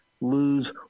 lose